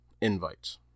invites